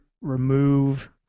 remove